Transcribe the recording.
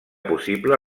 possible